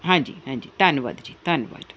ਹਾਂਜੀ ਹਾਂਜੀ ਧੰਨਵਾਦ ਜੀ ਧੰਨਵਾਦ